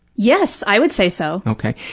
yes. i would say so. okay.